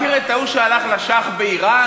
אני מכיר את ההוא שהלך לשאה באיראן,